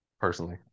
Personally